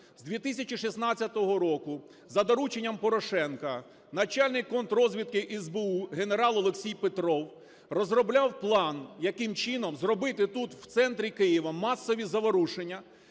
З 2016 року за дорученням Порошенка начальник контррозвідки СБУ генерал Олексій Петров розробляв план, яким чином зробити тут, в центрі Києва, масові заворушення,